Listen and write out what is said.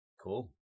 cool